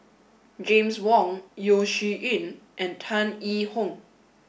James Wong Yeo Shih Yun and Tan Yee Hong